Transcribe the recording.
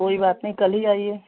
कोई बात नहीं कल ही आइए